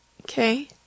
Okay